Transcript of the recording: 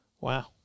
Wow